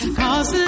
cause